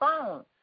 phone